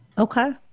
Okay